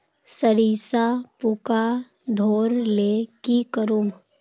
सरिसा पूका धोर ले की करूम?